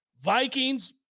Vikings